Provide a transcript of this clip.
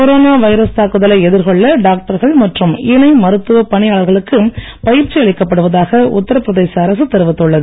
corona virus தாக்குதலை எதிர்கொள்ள டாக்டர்கள் மற்றும் இணை மருத்துவ பணியாளர்களுக்கு பயிற்சி அளிக்கப்படுவதாக உத்தரபிரதேச அரசு தெரிவித்துள்ளது